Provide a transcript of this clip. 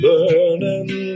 Burning